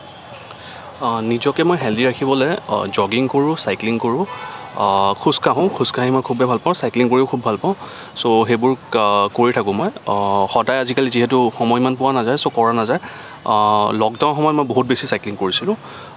নিজকে মই হেল্ডি ৰাখিবলৈ জগিং কৰোঁ চাইক্লিং কৰোঁ খোজ কাঢ়োঁ খোজ কাঢ়ি মই খুবেই ভাল পাওঁ চাইক্লিং কৰিও খুব ভাল পাওঁ ছ' সেইবোৰ কৰি থাকোঁ মই সদায় আজিকালি যিহেতু সময় ইমান পোৱা নাযায় ছ' কৰা নাযায় লকডাউনৰ সময়ত মই বহুত বেছি চাইক্লিং কৰিছিলোঁ